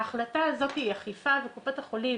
ההחלטה הזאת היא אכיפה וקופת החולים,